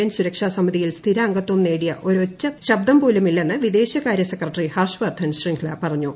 N സുരക്ഷാ സമിതിയിൽ സ്ഥിരാംഗത്വം നേടിയ ഒരൊറ്റ ശബ്ദം പോലുമില്ലെന്ന് വിദേശ കാര്യ സെക്രട്ടറി ഹർഷ വർദ്ധൻ ശൃംഗ്ല പറഞ്ഞു